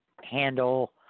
handle